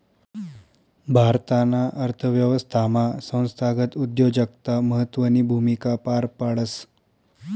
भारताना अर्थव्यवस्थामा संस्थागत उद्योजकता महत्वनी भूमिका पार पाडस